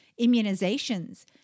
immunizations